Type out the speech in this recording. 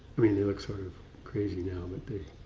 i mean they look sort of crazy now, but they